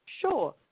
sure